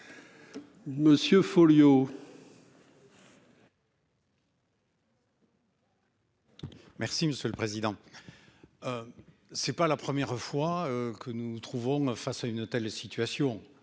Monsieur Folliot. Merci monsieur le président. C'est pas la première fois que nous nous trouvons face à une telle situation